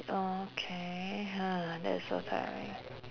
okay that's so tiring